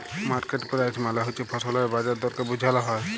market price মালে হছে ফসলের বাজার দরকে বুঝাল হ্যয়